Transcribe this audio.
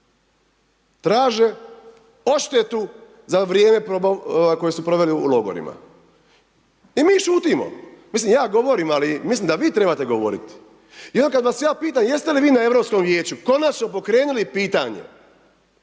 traže odštetu za vrijeme koje su proveli u logorima. I mi šutimo. Mislim, ja govorim ali mislim da vi trebate govoriti. I onda kada vas ja pitam jeste li vi na Europskom vijeću konačno pokrenuli pitanje